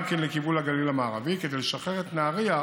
גם לכיוון הגליל המערבי, כדי לשחרר את נהריה,